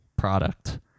product